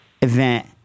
event